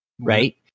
Right